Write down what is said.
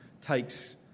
takes